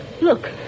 Look